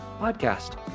podcast